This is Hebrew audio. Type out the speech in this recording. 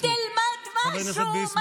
תלמד משהו.